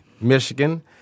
Michigan